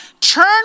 Turn